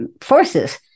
forces